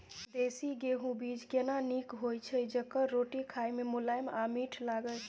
देसी गेहूँ बीज केना नीक होय छै जेकर रोटी खाय मे मुलायम आ मीठ लागय?